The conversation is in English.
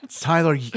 Tyler